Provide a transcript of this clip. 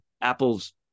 apples